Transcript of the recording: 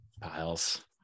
Piles